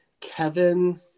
Kevin